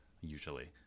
usually